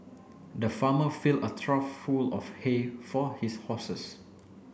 the farmer filled a trough full of hay for his horses